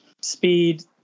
speed